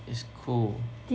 it's cool